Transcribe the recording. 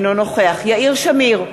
אינו נוכח יאיר שמיר,